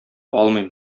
алмыйм